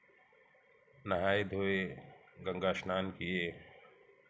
नहाए धोए गंगा स्नान किए